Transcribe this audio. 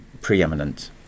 preeminent